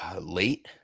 Late